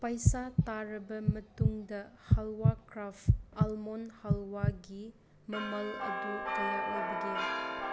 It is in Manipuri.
ꯄꯩꯁꯥ ꯇꯥꯔꯕ ꯃꯇꯨꯡꯗ ꯍꯜꯋꯥ ꯀ꯭ꯔꯥꯐ ꯑꯜꯃꯣꯟ ꯍꯜꯋꯥꯒꯤ ꯃꯃꯜ ꯑꯗꯨ ꯀꯌꯥ ꯑꯣꯏꯕꯒꯦ